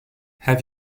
have